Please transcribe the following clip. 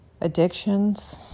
addictions